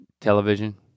television